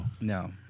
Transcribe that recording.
No